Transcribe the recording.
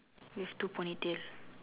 with two ponytails